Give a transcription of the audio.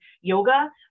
yoga